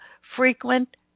frequent